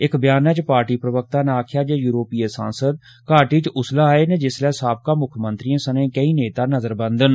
इक ब्यानै च पार्टी प्रवक्ता नै आक्खेआ जे यूरोपीय सांसद घाटी च उसलै आए न जिसलै साबका मुक्खमंत्रिएं सनें केईं नेता नजरबंद न